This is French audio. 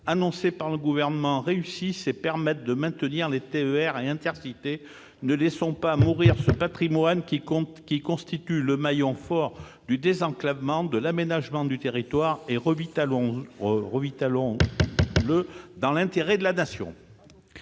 annoncée par le Gouvernement réussisse et permette de maintenir les TER et les Intercités. Ne laissons pas mourir ce patrimoine qui constitue le maillon fort du désenclavement, de l'aménagement du territoire, et revitalisons-le dans l'intérêt de la Nation.